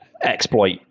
exploit